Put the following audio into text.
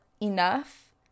enough